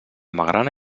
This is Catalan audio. magrana